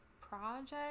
project